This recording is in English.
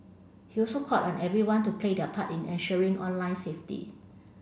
he also called on everyone to play their part in ensuring online safety